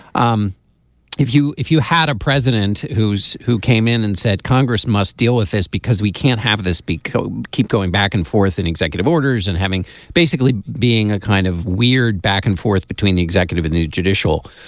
um if you if you had a president who's who came in and said congress must deal with this because we can't have this big coat keep going back and forth in executive orders and having basically being a kind of weird back and forth between the executive and the judicial.